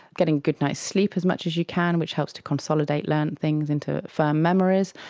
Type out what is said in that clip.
getting a good night's sleep as much as you can which helps to consolidate learned things into firm memories.